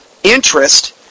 interest